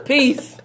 Peace